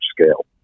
scale